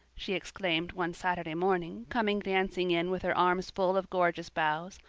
she exclaimed one saturday morning, coming dancing in with her arms full of gorgeous boughs,